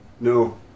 No